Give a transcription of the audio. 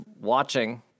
watching